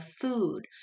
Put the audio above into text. food